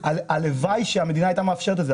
הלוואי שהמדינה היתה מאפשרת את זה.